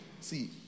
See